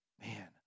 man